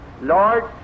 Lord